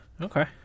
okay